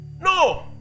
No